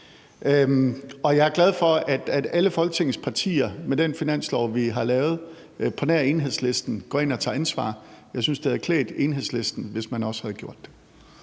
Jeg er glad for, at alle Folketingets partier, på nær Enhedslisten, med den finanslov, vi har lavet sammen, går ind og tager ansvar. Jeg synes, det havde klædt Enhedslisten, hvis man også havde gjort det.